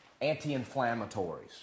Anti-inflammatories